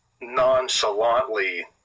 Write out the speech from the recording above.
nonchalantly